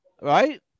Right